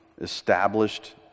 established